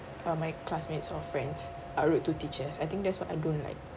uh my classmates or friends are rude to teachers I think that's what I don't like